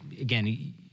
Again